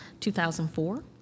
2004